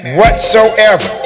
whatsoever